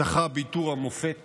זכה בעיטור המופת